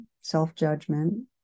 self-judgment